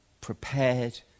prepared